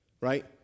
right